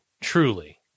truly